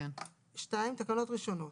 בסעיף של התקנות הראשונות